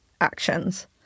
actions